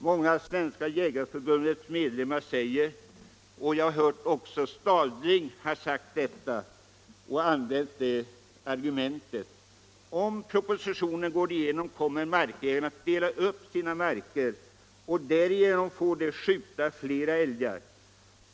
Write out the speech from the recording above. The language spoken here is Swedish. Många av Svenska jägareförbundets medlemmar säger — och jag har hört också herr Stadling använda det argumentet — att om propositionens förslag går igenom kommer markägarna att dela upp sina marker för att därigenom få skjuta fler älgar.